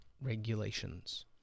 regulations